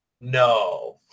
no